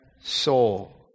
soul